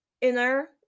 inner